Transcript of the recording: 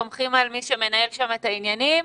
סומכים על מי שמנהל שם את העניינים,